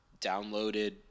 downloaded